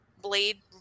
Blade